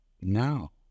now